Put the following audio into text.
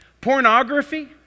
Pornography